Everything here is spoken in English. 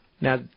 Now